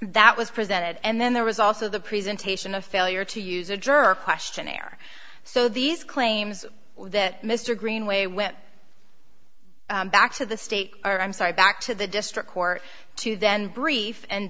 that was presented and then there was also the presentation of failure to use a juror questionnaire so these claims that mr greenway went back to the state are i'm sorry back to the district court to then brief and